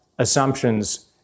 Assumptions